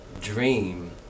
dream